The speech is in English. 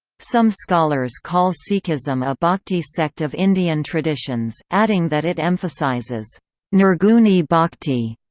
some scholars call sikhism bhakti sect of indian traditions, adding that it emphasises nirguni bhakti,